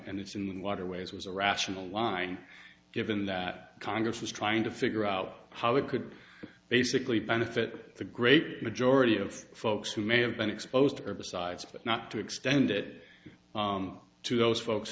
and its in the waterways was a rational line given that congress was trying to figure out how it could basically benefit the great majority of folks who may have been exposed to herbicides but not to extend it to those folks